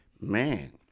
man